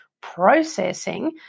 processing